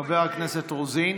חברת הכנסת רוזין.